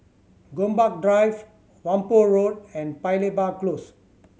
Gombak Drive Whampoa Road and Paya Lebar Close